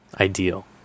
ideal